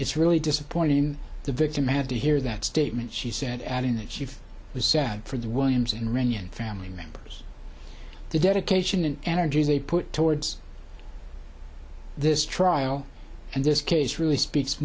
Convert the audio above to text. it's really disappointing the victim had to hear that statement she said adding that she was sad for the williams and runnion family members the dedication and energy they put towards this trial and this case really speaks